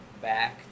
back